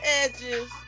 edges